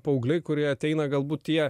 paaugliai kurie ateina galbūt jie